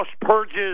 purges